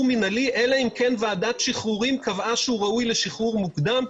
מינהלי אלא אם כן ועדת שחרורים קבעה שהוא ראוי לשחרור מוקדם,